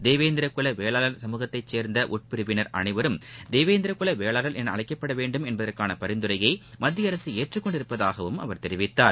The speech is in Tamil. தேவேந்திரகுல வேளாளர் சமூகத்தைச் சேர்ந்த உட்பிரிவினர் அனைவரும் தேவேந்திர குல வேளாளர் என அழைக்கப்பட வேண்டும் என்பதற்கான பரிந்துரையை மத்திய அரசு ஏற்றுக் கொண்டுள்ளதாகவும் அவர் தெரிவித்தார்